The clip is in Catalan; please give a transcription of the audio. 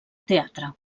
teatre